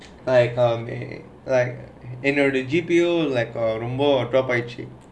like um ah like the G_P_A like uh ரொம்ப:romba top ஆயிருச்சே:ayeeruchae